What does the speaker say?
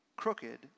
crooked